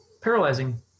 paralyzing